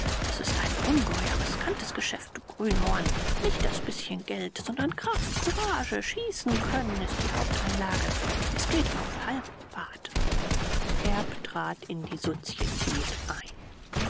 es ist ein ungeheuer risikantes geschäft du grünhorn nicht das bißchen geld sondern kraft courage schießenkönnen ist die haupteinlage es geht auf halbpart erb trat in die sozietät ein